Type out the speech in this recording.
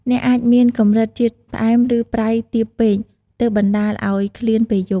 អ្នកអាចមានកម្រិតជាតិផ្អែមឬប្រៃទាបពេក ទើបបណ្តាលអោយឃ្លានពេលយប់។